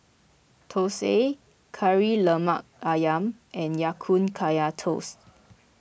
Thosai Kari Lemak Ayam and Ya Kun Kaya Toast